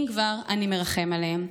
אם כבר, אני מרחם עליהם.